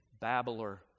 babbler